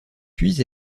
puis